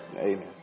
Amen